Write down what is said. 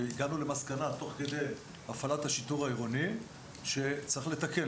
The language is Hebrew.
שתוך כדי הפעלת השיטור העירוני הגענו למסקנה שצריך לתקן.